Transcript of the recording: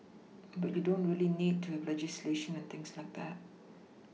but you don't really need to have legislation and things like that